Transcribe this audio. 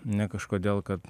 ne kažkodėl kad